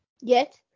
yes